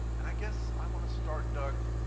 and i guess i want to start, doug